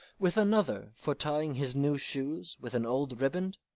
with another for tying his new shoes with an old riband?